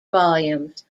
volumes